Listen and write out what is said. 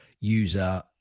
user